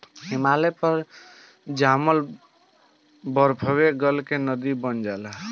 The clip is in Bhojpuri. हिमालय पर जामल बरफवे गल के नदी बन जाला